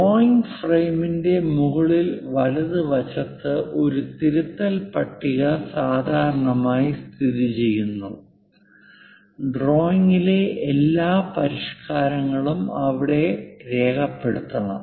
drawing ഫ്രെയിമിന്റെ മുകളിൽ വലതുവശത്ത് ഒരു തിരുത്തൽ പട്ടിക സാധാരണയായി സ്ഥിതിചെയ്യുന്നു ഡ്രോയിംഗിലെ എല്ലാ പരിഷ്കാരങ്ങളും അവിടെ രേഖപ്പെടുത്തണം